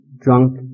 drunk